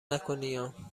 نکنیا